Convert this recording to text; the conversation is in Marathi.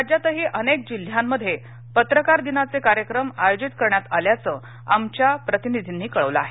राज्यातही अनेक जिल्ह्यांमध्ये पत्रकार दिनाचे कार्यक्रम आयोजित करण्यात आल्याचं आमच्या प्रतिनिधींनी कळवलं आहे